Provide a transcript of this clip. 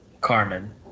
Carmen